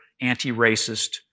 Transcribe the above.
anti-racist